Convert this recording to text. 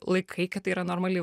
laikai kad tai yra normali